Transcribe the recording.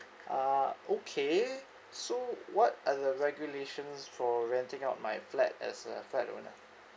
ah okay so what are the regulations for renting out my flat as a flat owner